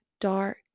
dark